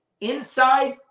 Inside